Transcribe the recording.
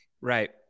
right